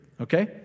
okay